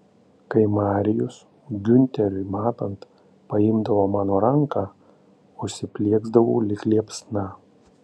kai marijus giunteriui matant paimdavo mano ranką užsiplieksdavau lyg liepsna